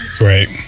right